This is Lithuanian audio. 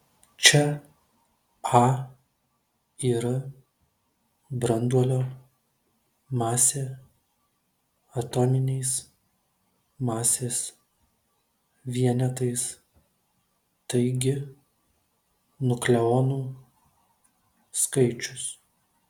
čia a yra branduolio masė atominiais masės vienetais taigi nukleonų skaičius